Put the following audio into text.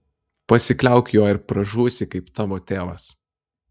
pasikliauk juo ir pražūsi kaip tavo tėvas